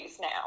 now